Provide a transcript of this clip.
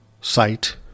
site